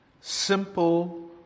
simple